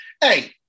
hey